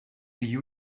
you